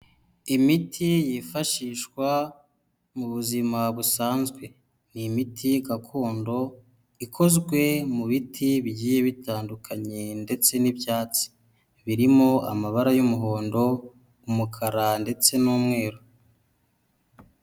Imiti yifashishwa mu buzima busanzwe, ni imiti gakondo ikozwe mu biti bigiye bitandukanye ndetse n'ibyatsi birimo amabara y'umuhondo ,umukara ndetse n'umweru.